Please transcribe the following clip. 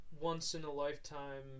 once-in-a-lifetime